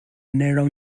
narrow